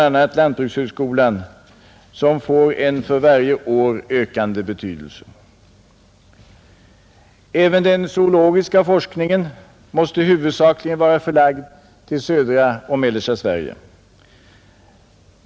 a, lantbrukshögskolan som får en för varje år ökande betydelse. Även den zoologiska forskningen måste huvudsakligen vara förlagd till södra och mellersta Sverige.